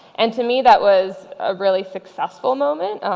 and to me, that was a really successful moment.